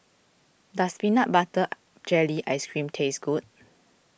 does Peanut Butter Jelly Ice Cream taste good